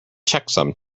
checksum